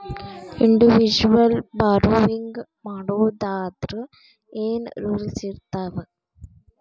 Individual borrowing ಮಾಡೊದಾದ್ರ ಏನ್ ರೂಲ್ಸಿರ್ತಾವ?